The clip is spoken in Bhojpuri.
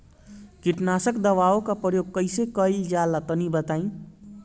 कीटनाशक दवाओं का प्रयोग कईसे कइल जा ला तनि बताई?